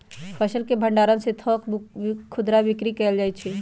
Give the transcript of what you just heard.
फसल के भण्डार से थोक खुदरा बिक्री कएल जाइ छइ